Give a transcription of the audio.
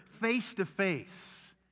face-to-face